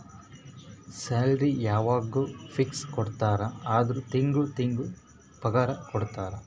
salary ಯವಾಗ್ನೂ fix ಕೊಡ್ತಾರ ಅಂದುರ್ ತಿಂಗಳಾ ತಿಂಗಳಾ ಪಗಾರ ಕೊಡ್ತಾರ